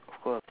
of course